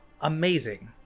amazing